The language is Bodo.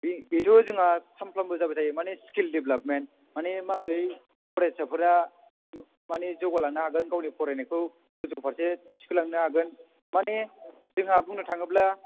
बे बेथ' जोंहा सानफ्रामबो जाबाय थायो मानि जोंहा स्किल डेभेलपमेन्ट माने माबोरै फरायसाफोरा माने जौगालांनो हागोन गावनि फरायनायखौ गोजौ फारसे थिखोलांनो हागोन मानि जोंहा बुंनो थाङोब्ला